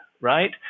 right